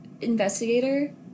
investigator